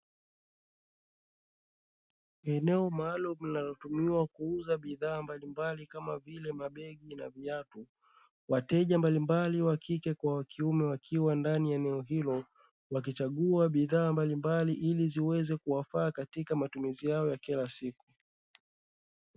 Eneo maalumu linalotumiwa kuuza bidhaa mbalimbali kama vile mabegi na viatu. Wateja mbalimbali wa kike kwa wa kiume wakiwa ndani ya eneo hilo wakichagua bidhaa mbalimbali ili ziweze kuwafaa katika matumizi yao ya kila siku.